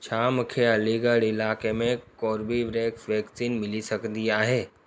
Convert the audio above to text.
छा मूंखे अलीगढ़ इलाइक़े में कोर्बीवेक्स वैक्सीन मिली सघंदी आहे